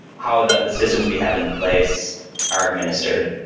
how the the systems we have in place are administered,